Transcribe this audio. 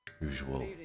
usual